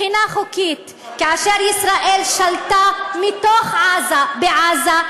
כאשר ישראל שלטה בעזה,